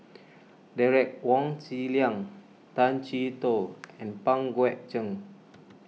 Derek Wong Zi Liang Tay Chee Toh and Pang Guek Cheng